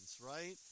right